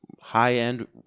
high-end